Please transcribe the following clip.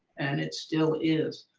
and it still is.